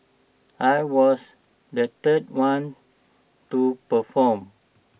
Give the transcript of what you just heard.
I was the third one to perform